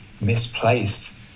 misplaced